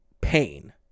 Pain